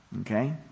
Okay